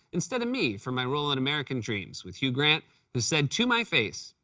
instead of me, for my role in american dreamz, with hugh grant, who said, to my face,